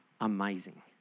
amazing